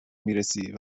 میرسه